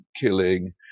killing